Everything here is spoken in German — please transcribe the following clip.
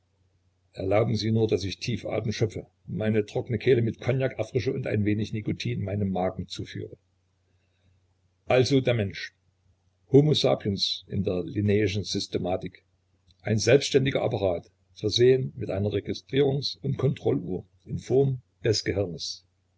erlauben sie nur daß ich tief atem schöpfe meine trockene kehle mit kognak erfrische und ein wenig nikotin meinem magen zuführe also der mensch homo sapiens in der linnschen systematik ein selbsttätiger apparat versehen mit einer registrierungs und kontrolluhr in form des gehirnes